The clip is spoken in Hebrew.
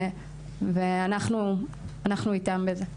ואנחנו איתם בזה.